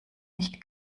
nicht